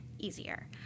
easier